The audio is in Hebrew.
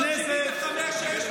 מ-1975 יש את הבחירה,